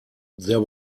there